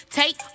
take